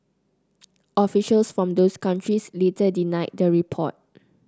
officials from those countries later denied the report